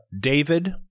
David